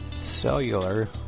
cellular